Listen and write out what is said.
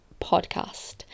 Podcast